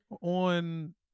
on